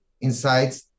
insights